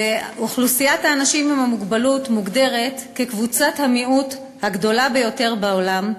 אוכלוסיית האנשים עם מוגבלות מוגדרת כקבוצת המיעוט הגדולה ביותר בעולם,